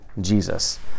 Jesus